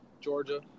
Georgia